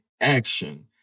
action